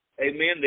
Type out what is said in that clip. Amen